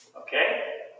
okay